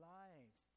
lives